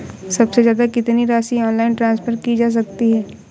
सबसे ज़्यादा कितनी राशि ऑनलाइन ट्रांसफर की जा सकती है?